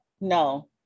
no